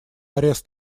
арест